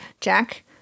Jack